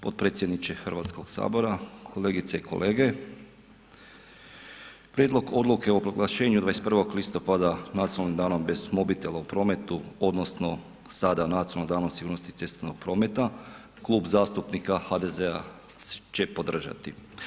Potpredsjedniče Hrvatskoga sabora, kolegice i kolege, Prijedlog odluke o proglašenju 21. listopada Nacionalnim danom bez mobitela u prometu, odnosno sada Nacionalnog dana sigurnosti cestovnog prometa Klub zastupnika HDZ-a će podržati.